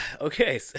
okay